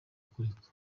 kureka